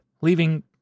leaving